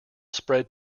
spread